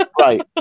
right